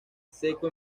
seco